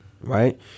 right